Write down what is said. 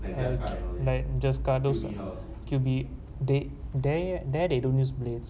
err like just car those ah could be they there there they don't use blades